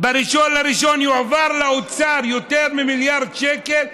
ב-1 בינואר יועברו לאוצר יותר ממיליארד שקל,